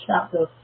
chapter